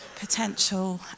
potential